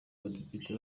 abadepite